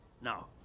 Now